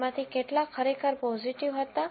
તેમાંથી કેટલા ખરેખર પોઝીટિવ હતા